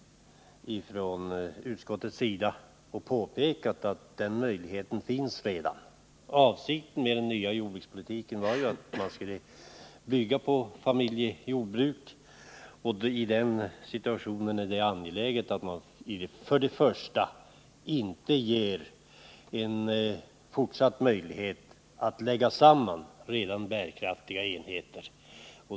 Utskottet har påpekat att möjlighet till styckning redan finns. Avsikten var ju att den nya jordbrukspolitiken skulle bygga på familjejordbruk. I den situationen är det angeläget att först och främst förhindra fortsatt sammanläggning av redan bärkraftiga enheter.